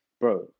Bro